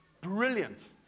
brilliant